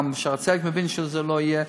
גם שערי צדק מבין שזה לא יהיה.